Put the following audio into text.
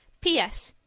ps.